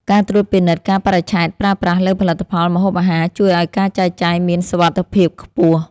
ការត្រួតពិនិត្យកាលបរិច្ឆេទប្រើប្រាស់លើផលិតផលម្ហូបអាហារជួយឱ្យការចែកចាយមានសុវត្ថិភាពខ្ពស់។